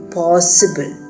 possible